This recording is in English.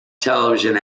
television